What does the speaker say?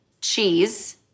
cheese